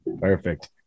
Perfect